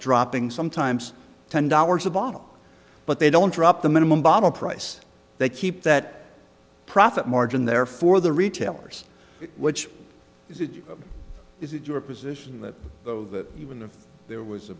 dropping sometimes ten dollars a bottle but they don't drop the minimum bottle price they keep that profit margin there for the retailers which is it is it your position that even if there was a